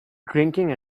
drinking